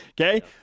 Okay